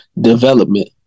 development